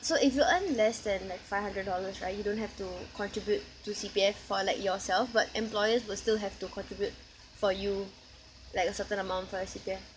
so if you earn less than like five hundred dollars right you don't have to contribute to C_P_F for like yourself but employers will still have to contribute for you like a certain amount for your C_P_F